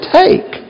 take